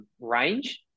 range